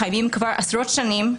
קיימים כבר עשרות שנים,